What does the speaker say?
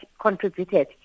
contributed